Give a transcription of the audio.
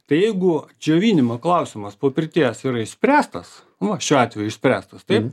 tai jeigu džiovinimo klausimas po pirties yra išspręstas va šiuo atveju išspręstos taip